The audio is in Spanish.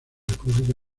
república